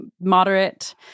moderate